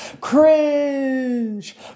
cringe